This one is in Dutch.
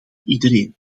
iedereen